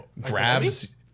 Grabs